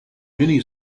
mini